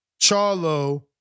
Charlo